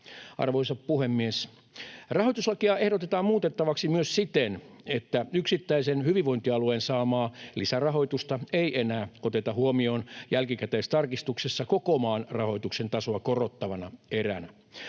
Arvoisa puhemies! Rahoituslakia ehdotetaan muutettavaksi myös siten, että yksittäisen hyvinvointialueen saamaa lisärahoitusta ei enää oteta huomioon jälkikäteistarkistuksessa koko maan rahoituksen tasoa korottavana eränä.